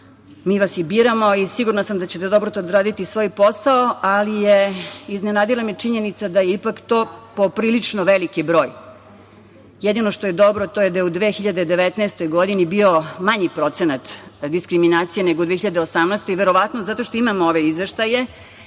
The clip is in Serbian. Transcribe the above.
Mi vas biramo i sigurna sam da ćete dobro odraditi svoj posao, ali me je iznenadila činjenica da je ipak to poprilično veći broj. Jedino što je dobro, to je da je u 2019. godini bio manji procenat diskriminacije, nego u 2018. godini. Verovatno zato što imamo ove izveštaje